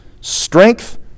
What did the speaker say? strength